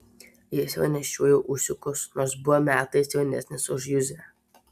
jis jau nešiojo ūsiukus nors buvo metais jaunesnis už juzę